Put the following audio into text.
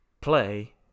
play